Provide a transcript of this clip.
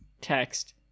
text